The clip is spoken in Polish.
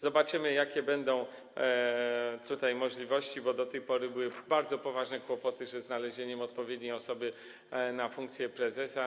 Zobaczymy, jakie będą możliwości, bo do tej pory były bardzo poważne kłopoty ze znalezieniem odpowiedniej osoby na funkcję prezesa.